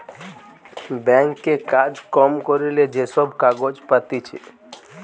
bank এ কাজ কম করিলে যে সব কাগজ পাতিছে